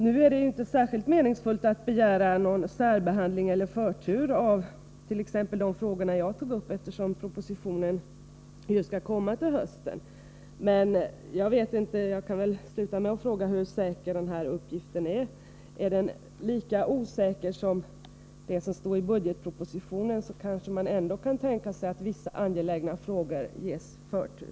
Det är inte särskilt meningsfullt att begära någon särbehandling eller förtur för de frågor jag tog upp, eftersom propositionen skall komma till hösten. Men jag kan sluta med att fråga hur säker denna uppgift är. Är den lika osäker som det som står i budgetpropositionen kanske man kan tänka sig att vissa angelägna frågor ändå ges förtur.